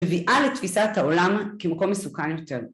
‫מביאה לתפיסת העולם ‫כמקום מסוכן יותר.